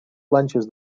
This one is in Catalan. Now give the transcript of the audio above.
planxes